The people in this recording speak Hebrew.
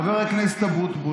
הכול קשור לביבי.